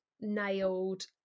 nailed